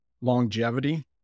longevity